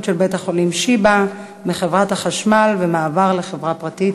של בית-החולים שיבא מחברת החשמל והמעבר לחברה פרטית.